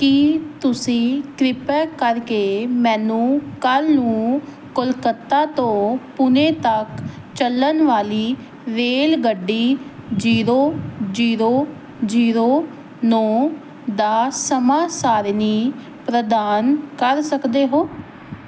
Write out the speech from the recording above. ਕੀ ਤੁਸੀਂ ਕਿਰਪਾ ਕਰਕੇ ਮੈਨੂੰ ਕੱਲ੍ਹ ਨੂੰ ਕੋਲਕਾਤਾ ਤੋਂ ਪੁਣੇ ਤੱਕ ਚੱਲਣ ਵਾਲੀ ਰੇਲਗੱਡੀ ਜੀਰੋ ਜੀਰੋ ਜੀਰੋ ਨੌਂ ਦਾ ਸਮਾਂ ਸਾਰਣੀ ਪ੍ਰਦਾਨ ਕਰ ਸਕਦੇ ਹੋ